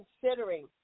considering